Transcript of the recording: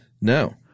No